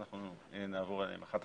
אנחנו נעבור עליהן אחת,